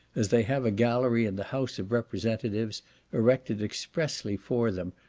as they have a gallery in the house of representatives erected expressly for them,